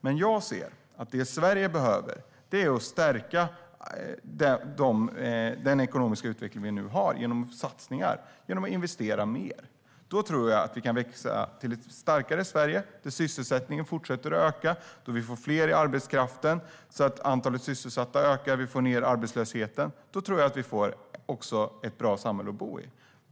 Det som Sverige behöver är att vi stärker den ekonomiska utveckling vi nu har genom satsningar och investeringar. Då tror jag att vi kan växa till ett starkare Sverige där sysselsättningen fortsätter att öka, där vi får fler i arbetskraften, där antalet sysselsatta ökar och där vi får ned arbetslösheten. Då tror jag att vi också får ett bra samhälle att bo i.